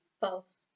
False